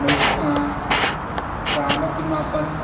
ꯃꯔꯤꯐꯨ ꯃꯉꯥ ꯆꯥꯝꯃ ꯀꯨꯟ ꯃꯥꯄꯟ